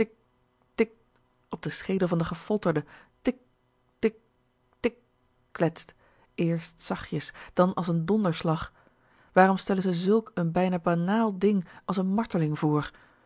tik op den schedel van den gefolterde tik tik tik kletst eerst zachtjes dan als n donderslag waarom stellen ze zulk een bijna banaal ding als eene marteling voor